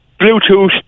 Bluetooth